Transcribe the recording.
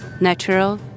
natural